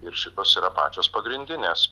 ir šitos yra pačios pagrindinės